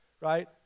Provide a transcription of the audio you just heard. right